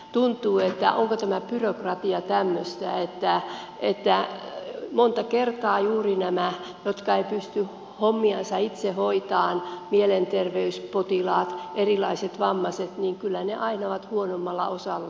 tuntuu että onko tämä byrokratia tämmöistä että monta kertaa juuri nämä jotka eivät pysty hommiansa itse hoitamaan mielenterveyspotilaat erilaiset vammaiset kyllä aina ovat huonommalla osalla